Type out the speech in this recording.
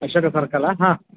ಐಶ್ವರ್ಯ park ಅಲ್ಲ ಹಾಂ